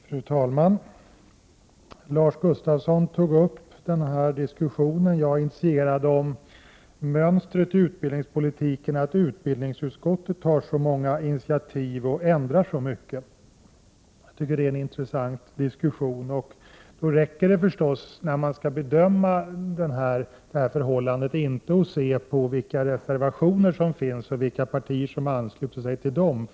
Fru talman! Lars Gustafsson tog upp den diskussion jag initierade om mönstret i utbildningspolitiken, att utbildningsutskottet tar så många initiativ och ändrar så mycket. Jag tycker det är en intressant diskussion. När man skall bedöma hur mycket sådant det förekommer räcker det förstås inte att se på hur många reservationer socialdemokraterna avlämnat.